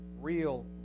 real